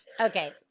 Okay